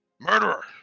Murderer